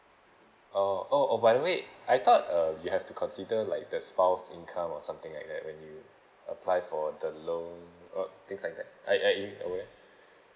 oh oh by the way I thought uh you have to consider like the spouse income or something like that when you apply for the loan uh things like that